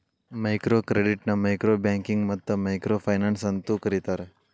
micro ಕ್ರೆಡಿಟ್ನ micro banking ಮತ್ತ micro finance ಅಂತೂ ಕರಿತಾರ